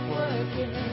working